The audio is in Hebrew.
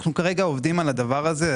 אנחנו כרגע עובדים על זה.